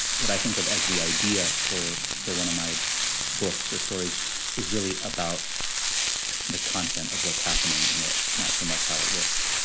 what i think of as the idea for for one of my books or stories is really about the content of what's happening in it. not so much how it looks